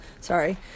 Sorry